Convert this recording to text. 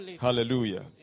Hallelujah